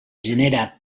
genera